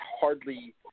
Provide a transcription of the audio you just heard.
hardly